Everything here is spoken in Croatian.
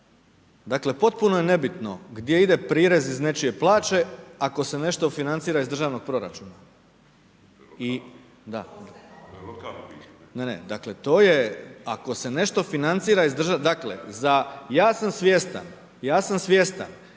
dakle potpuno je nebitno gdje ide prirez iz nečije plaće ako se nešto financira iz državnog proračuna …/Upadica se ne čuje./… Ne, ne, dakle to je ako se nešto financira, dakle ja sam svjestan da za to